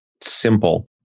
simple